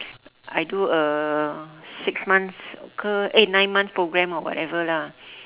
I do uh six months ke eh nine months program or whatever lah